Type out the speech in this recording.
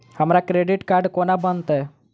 हमरा credit card कोना बनतै?